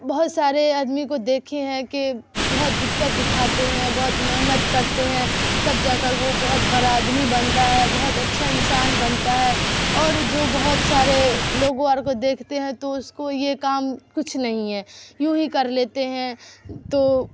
بہت سارے آدمی کو دیکھے ہیں کہ بہت دقت اٹھاتے ہیں بہت محنت کرتے ہیں تب جا کر وہ بہت برا آدمی بنتا ہے بہت اچھا انسان بنتا ہے اور جو بہت سارے لوگوں اور کو دیکھتے ہیں تو اس کو یہ کام کچھ نہیں ہے یوں ہی کر لیتے ہیں تو